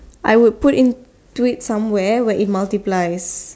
I would put in to it somewhere where it multiplies